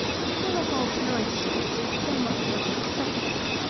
to kill a hog nicely is so much of a profession,